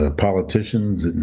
ah politicians,